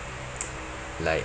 like